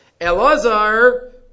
Elazar